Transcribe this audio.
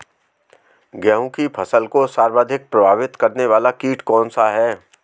गेहूँ की फसल को सर्वाधिक प्रभावित करने वाला कीट कौनसा है?